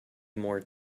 more